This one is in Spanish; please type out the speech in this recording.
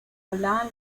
hablaban